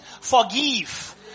Forgive